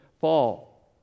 fall